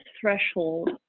threshold